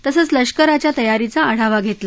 तसंच लष्कराच्या तयारीचा आढावा घेतला